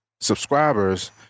subscribers